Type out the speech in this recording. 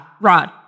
Rod